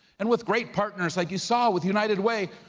and with great partners, like you saw with united way,